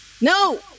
No